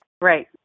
Right